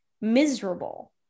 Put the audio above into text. miserable